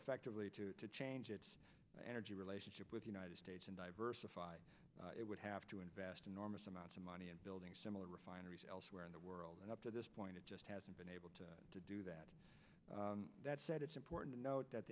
effectively to to change its energy relationship with united states and diversify it would have to invest enormous amounts of money in building similar refineries elsewhere in the world and up to this point it just hasn't been able to to do that it's important to note that